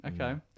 okay